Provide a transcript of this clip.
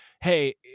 hey